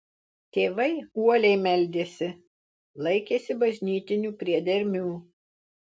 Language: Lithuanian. tėvai uoliai meldėsi laikėsi bažnytinių priedermių